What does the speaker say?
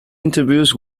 interviews